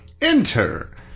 Enter